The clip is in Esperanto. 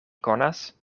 konas